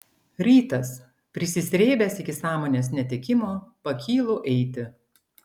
rytas prisisrėbęs iki sąmonės netekimo pakylu eiti